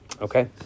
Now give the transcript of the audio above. Okay